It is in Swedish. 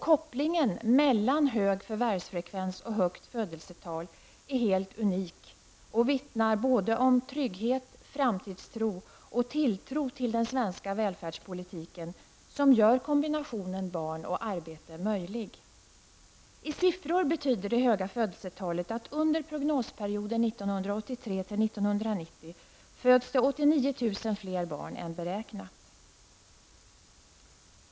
Kopplingen mellan hög förvärvsfrekvens och högt födelsetal är helt unik och vittnar både om trygghet, framtidstro och tilltro till den svenska välfärdspolitiken, som gör kombinationen barn och arbete möjlig. I siffror betyder det höga födelsetalet att under prognosperioden 1983--1990 föds det 89 000 fler barn än beräknat.